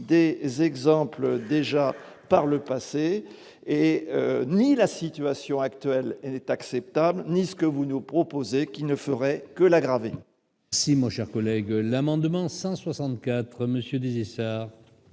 des exemples déjà par le passé et ni la situation actuelle n'est acceptable ni ce que vous nous proposez qui ne ferait que l'aggraver.